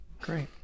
Great